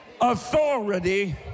authority